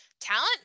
talent